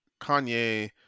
Kanye